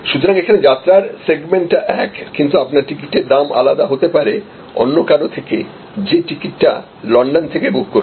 সুতরাং এখানে যাত্রার সেগমেন্ট টা এক কিন্তু আপনার টিকিটের দাম আলাদা হতে পারে অন্য কারো থেকে যে টিকিটটা লন্ডন থেকে বুক করেছে